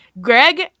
Greg